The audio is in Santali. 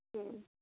ᱦᱮᱸ